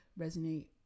resonate